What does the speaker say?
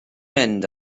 mynd